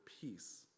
peace